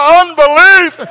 unbelief